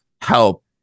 help